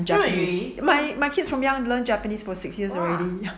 my kids from young learn japanese for six years already